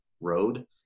road